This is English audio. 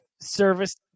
service